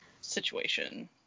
situation